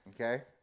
okay